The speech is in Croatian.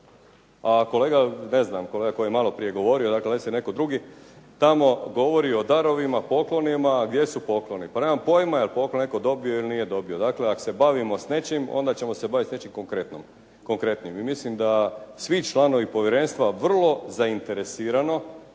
A kolega koji je maloprije govorio, dakle vanjski ili netko drugi, tamo govori o darovima, poklonima. Gdje su pokloni? Pa nemam pojma jel poklon netko dobio ili nije dobio. Dakle ako se bavimo s nečim, onda ćemo se bavit s nečim konkretnim i mislim da svi članovi povjerenstva vrlo zainteresirano